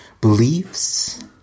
beliefs